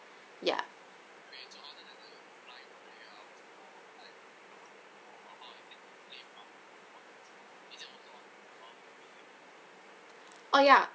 ya oh ya